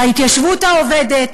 להתיישבות העובדת,